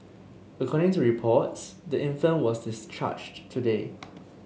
according to reports the infant was discharged today